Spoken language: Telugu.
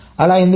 అలా ఎందుకు